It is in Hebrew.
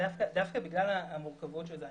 דווקא בגלל המורכבות של זה,